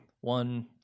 One